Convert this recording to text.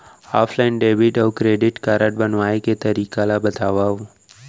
Offline debit अऊ credit card बनवाए के तरीका ल बतावव?